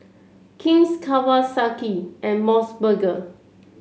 King's Kawasaki and MOS burger